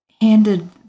handed